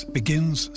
begins